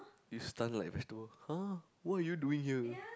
you stun like vegetable !huh! what are you doing here